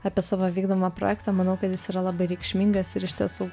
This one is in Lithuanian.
apie savo vykdomą projektą manau kad jis yra labai reikšmingas ir iš tiesų